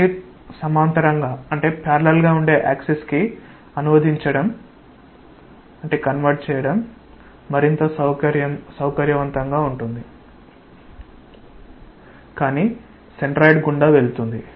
x కి సమాంతరంగా ఉండే యాక్సిస్ కి అనువదించడం మరింత సౌకర్యవంతంగా ఉంటుంది కానీ సెంట్రాయిడ్ గుండా వెళుతుంది